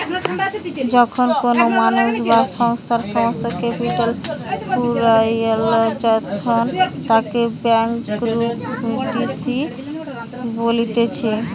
যখন কোনো মানুষ বা সংস্থার সমস্ত ক্যাপিটাল ফুরাইয়া যায়তখন তাকে ব্যাংকরূপটিসি বলতিছে